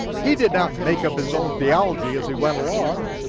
he did not make up his own theology as he went along,